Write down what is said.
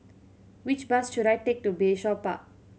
which bus should I take to Bayshore Park